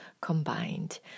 combined